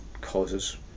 causes